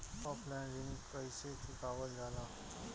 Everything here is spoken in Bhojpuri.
ऑफलाइन ऋण कइसे चुकवाल जाला?